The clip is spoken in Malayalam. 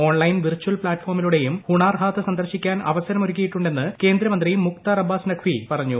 ഓൺലൈൻ വിർചൽ പ്ലാറ്റ് ഫോമിലൂടെയും ഹുണാർ ഹാത്ത് സന്ദർശിക്കാൻ അവസരമൊരുക്കിയിട്ടുണ്ടെന്ന് കേന്ദ്രമന്ത്രിമുഖ്താർ അബ്ബാസ് നഖ്വി പറഞ്ഞു